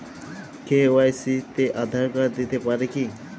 KYC তে Aadhaar card দিতে পারি কি?